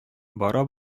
бара